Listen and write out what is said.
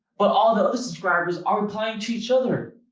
but all those subscribers are replying each each other.